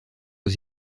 aux